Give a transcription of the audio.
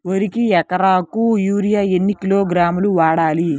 వరికి ఎకరాకు యూరియా ఎన్ని కిలోగ్రాములు వాడాలి?